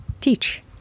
Teach